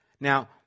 Now